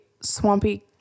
swampy